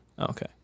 Okay